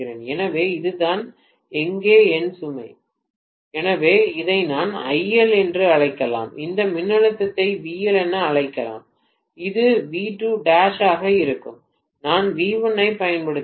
எனவே இதுதான் இங்கே என் சுமை எனவே இதை நான் IL என்று அழைக்கலாம் இந்த மின்னழுத்தத்தை VL என அழைக்கலாம் இது V2 ஆக இருக்க வேண்டும் நான் V1 ஐப் பயன்படுத்துகிறேன்